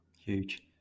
Huge